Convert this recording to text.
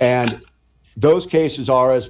and those cases are as